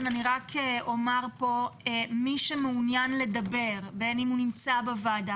אני רק אומר כאן שמי שמעוניין לדבר בין אם הוא בוועדה